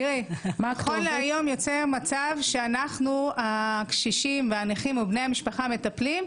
נכון להיום יוצא מצב שאנחנו הקשישים והנכים ובני המשפחה מטפלים,